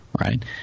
right